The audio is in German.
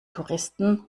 touristen